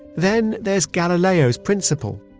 then there's galileo's principle.